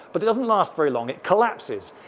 but it doesn't last very long, it collapses.